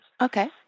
Okay